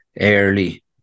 early